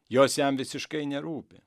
jos jam visiškai nerūpi